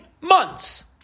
months